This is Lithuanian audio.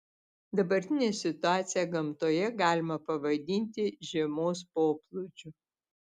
dabartinę situaciją gamtoje galima pavadinti žiemos poplūdžiu